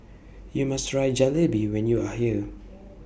YOU must Try Jalebi when YOU Are here